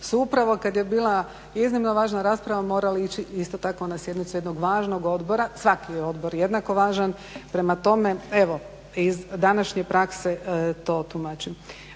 upravo kad je bila iznimno važna rasprava morali ići isto tako na sjednicu jednog važnog odbora. Svaki je odbor jednako važan. Prema tome, evo iz današnje prakse to tumačim.